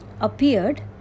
appeared